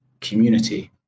community